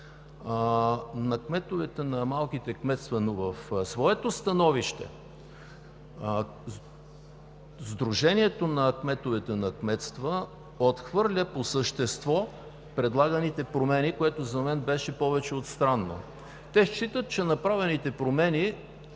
кметовете на малките кметства. В своето становище Сдружението на кметовете отхвърля по същество предлаганите промени, което за мен беше повече от странно. Те считат, че направените промени